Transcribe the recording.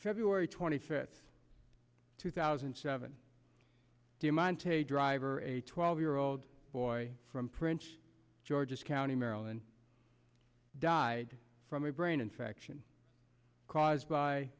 february twenty fifth two thousand and seven human to driver a twelve year old boy from prince george's county maryland died from a brain infection caused by